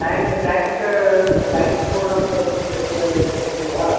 tank tank tank पूर्णं कर्तुं शक्य शक्नोमि वा